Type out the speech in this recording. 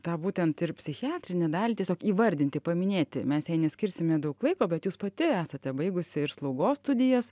tą būtent ir psichiatrinę dalį tiesiog įvardinti paminėti mes jai neskirsime daug laiko bet jūs pati esate baigusi ir slaugos studijas